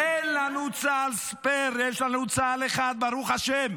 אין לנו צה"ל ספייר, יש לנו צה"ל אחד, ברוך השם,